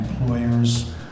employers